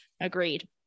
agreed